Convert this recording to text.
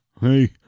Hey